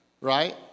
right